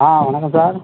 ஆ வணக்கம் சார்